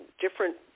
different